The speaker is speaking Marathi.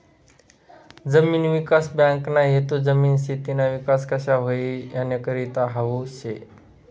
जमीन विकास बँकना हेतू जमीन, शेतीना विकास कशा व्हई यानीकरता हावू शे